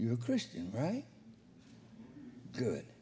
your christian right good